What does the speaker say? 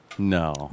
No